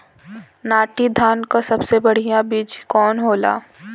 नाटी धान क सबसे बढ़िया बीज कवन होला?